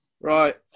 Right